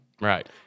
Right